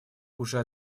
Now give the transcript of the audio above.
уже